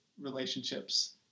relationships